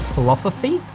philosophy.